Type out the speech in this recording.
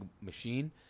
machine